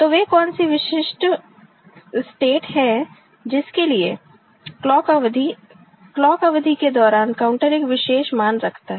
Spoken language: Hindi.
तो वे कौन सी विशिष्ट स्टेट हैं जिसके लिए क्लॉक अवधि क्लॉक अवधि के दौरान काउंटर एक विशेष मान रखता है